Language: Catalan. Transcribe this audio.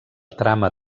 trama